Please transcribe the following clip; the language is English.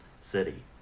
city